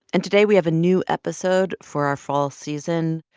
and today, we have a new episode for our fall season.